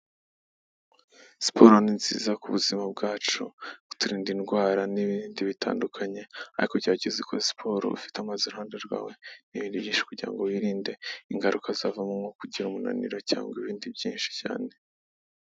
Siporo ni nziza ku buzima bwacu kuturinda indwara n'ibindi bitandukanye ariko gerageza ukora siporo ufite amazi iruhande rwawe n'ibindi byinshi kugirango wirinde ingaruka zavamo nko kugira umunaniro cyangwa ibindi byinshi cyane.